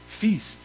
feast